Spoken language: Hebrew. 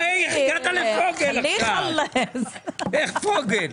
איך הגעת לפוגל עכשיו, איך פוגל.